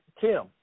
Tim